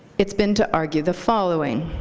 it's been to argue the following.